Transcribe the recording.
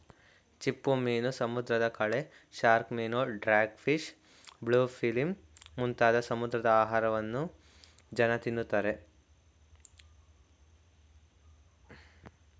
ಚಿಪ್ಪುಮೀನು, ಸಮುದ್ರದ ಕಳೆ, ಶಾರ್ಕ್ ಮೀನು, ಡಾಗ್ ಫಿಶ್, ಬ್ಲೂ ಫಿಲ್ಮ್ ಮುಂತಾದ ಸಮುದ್ರದ ಆಹಾರವನ್ನು ಜನ ತಿನ್ನುತ್ತಾರೆ